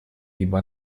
ибо